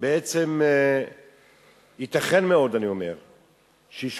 בעצם ייתכן מאוד שהיא שקולה,